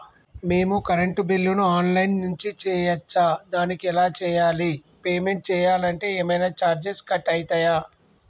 మేము కరెంటు బిల్లును online నుంచి చేయచ్చా? దానికి ఎలా చేయాలి? పేమెంట్ చేయాలంటే ఏమైనా చార్జెస్ కట్ అయితయా?